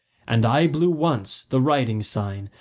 and i blew once, the riding sign,